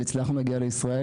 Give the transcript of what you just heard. והצלחנו להגיע לישראל,